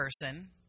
person